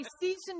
season